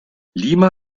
lima